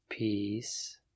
Peace